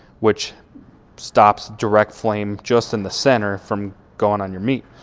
which stops direct flame just in the center from going on your meat.